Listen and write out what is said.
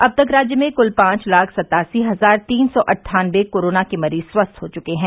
अब तक राज्य में क्ल पांच लाख सत्तासी हजार तीन सौ अन्ठानबे कोरोना के मरीज स्वस्थ हो चुके हैं